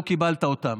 לא קיבלת אותם?